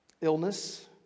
illness